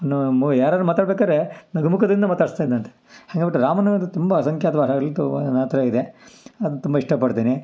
ಅವನು ಮು ಯಾರಾದ್ರು ಮಾತಾಡ್ಬೇಕಾದ್ರೆ ನಗುಮುಖದಿಂದ ಮಾತಾಡಿಸ್ತಾ ಇದ್ದನಂತೆ ಹಾಗಂದ್ಬಿಟ್ಟು ರಾಮನ ಒಂದು ತುಂಬ ಅಸಂಖ್ಯಾತ ಅನಾಥರಾಗಿದೆ ಅದನ್ನ ತುಂಬ ಇಷ್ಟಪಡ್ತೀನಿ